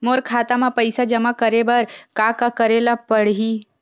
मोर खाता म पईसा जमा करे बर का का करे ल पड़हि?